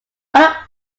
other